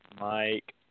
Mike